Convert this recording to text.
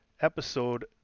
episode